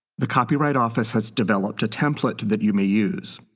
the copyright office has developed a template that you may use.